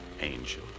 Angel